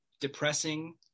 depressing